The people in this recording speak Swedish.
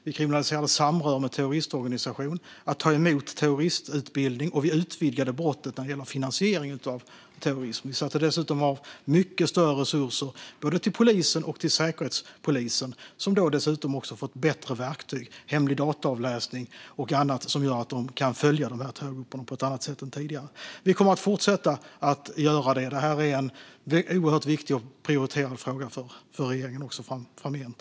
Vi kriminaliserade samröre med terroristorganisation och mottagande av terroristutbildning. Vi utvidgade brottet finansiering av terrorism och satte dessutom av mycket större resurser till både polisen och Säkerhetspolisen. De fick också bättre verktyg, hemlig dataavläsning och annat, som gör att de kan följa terrorgrupperna på ett annat sätt än tidigare. Vi kommer att fortsätta att göra detta. Det här är en oerhört viktig och prioriterad fråga för regeringen också framgent.